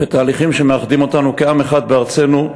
בתהליכים שמאחדים אותנו כעם אחד בארצנו.